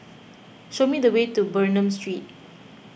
show me the way to Bernam Street